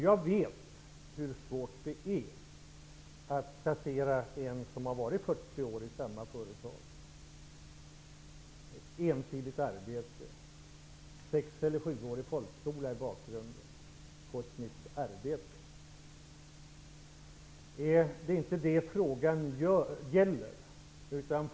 Jag vet hur svårt det är att placera en som har varit 40 år i samma företag, som har haft ett ensidigt arbete och har sex eller sjuårig folkskola i bakgrunden på ett nytt arbete. Det är inte det frågan gäller.